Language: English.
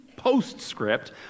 Postscript